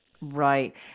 Right